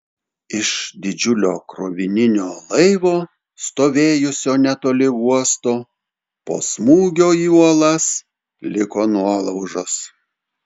iš didžiulio krovininio laivo stovėjusio netoli uosto po smūgio į uolas liko nuolaužos